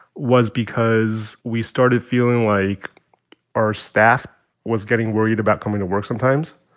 was because we started feeling like our staff was getting worried about coming to work sometimes.